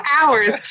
hours